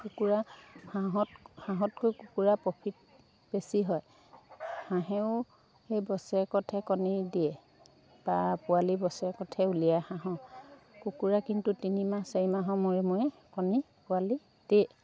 কুকুৰা হাঁহত হাঁহতকৈ কুকুৰাৰ প্ৰফিট বেছি হয় হাঁহেও সেই বছৰেকতহে কণী দিয়ে বা পোৱালি বছৰেকতহে উলিয়াই হাঁহ কুকুৰাই কিন্তু তিনিমাহ চাৰিমাহৰ মূৰে মূৰে কণী পোৱালি দিয়ে